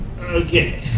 Okay